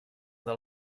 del